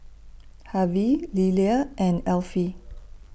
Harvy Lilia and Elfie